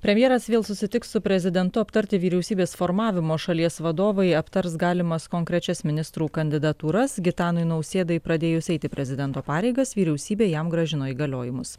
premjeras vėl susitiks su prezidentu aptarti vyriausybės formavimo šalies vadovai aptars galimas konkrečias ministrų kandidatūras gitanui nausėdai pradėjus eiti prezidento pareigas vyriausybė jam grąžino įgaliojimus